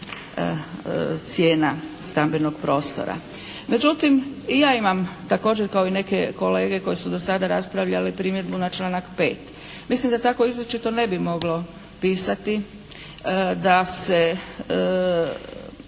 cijena stambenog prostora. Međutim i ja imam također kao i neke kolege koje su do sada raspravljale primjedbu na članak 5. Mislim da tako izričito ne bi moglo pisati da se